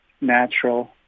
natural